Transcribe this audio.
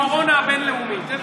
מה שרע זה הקורונה הבין-לאומית.